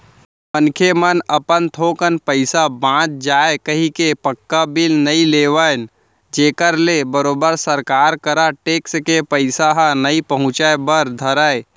मनखे मन अपन थोकन पइसा बांच जाय कहिके पक्का बिल नइ लेवन जेखर ले बरोबर सरकार करा टेक्स के पइसा ह नइ पहुंचय बर धरय